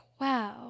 wow